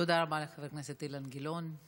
תודה רבה לחבר הכנסת אילן גילאון.